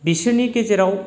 बिसोरनि गेजेराव